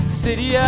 city